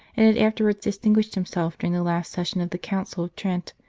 and had afterwards distinguished himself during the last sessions of the council of trent,